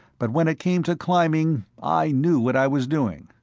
but when it came to climbing i knew what i was doing.